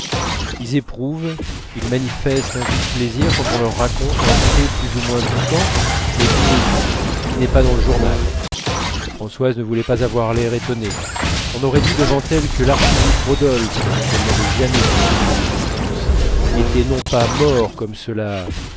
ils éprouvent ils manifestent un vif plaisir quand on leur raconte un fait plus ou moins piquant mais inédit qui n'est pas dans le journal françoise ne voulait pas avoir l'air étonné on aurait dit devant elle que l'archiduc rodolphe dont elle n'avait jamais soupçonné l'existence était non pas mort comme cela